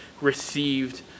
received